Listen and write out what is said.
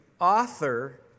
author